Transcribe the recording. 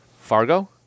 Fargo